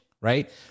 right